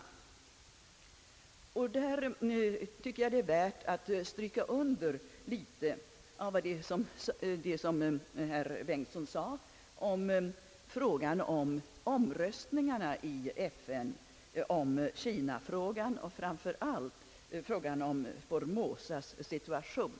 Det är värt att stryka under vad herr Bengtson sade om omröstningarna i FN beträffande Kina, icke minst beträffande Formosas situation.